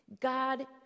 God